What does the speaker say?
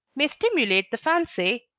may stimulate the fancy,